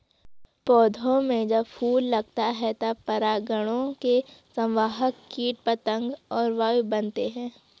पौधों में जब फूल लगता है तब परागकणों के संवाहक कीट पतंग और वायु बनते हैं